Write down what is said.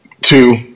Two